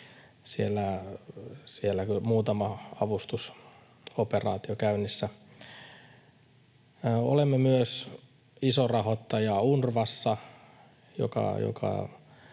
siellä muutama avustusoperaatio käynnissä. Olemme myös iso rahoittaja UNRWAssa, jonka